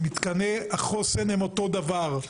מתקני החוסן אותו דבר.